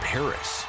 Paris